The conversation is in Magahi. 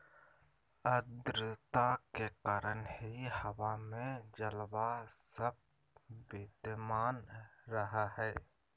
आद्रता के कारण ही हवा में जलवाष्प विद्यमान रह हई